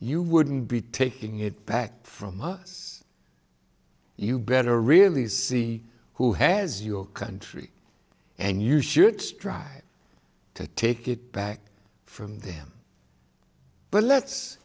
you wouldn't be taking it back from us you better really see who has your country and you should try to take it back from them but let's